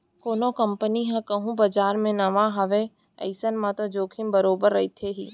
कोनो कंपनी ह कहूँ बजार म नवा हावय अइसन म तो जोखिम बरोबर रहिथे ही